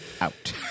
out